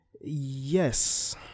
Yes